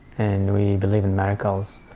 and we believe in miracles.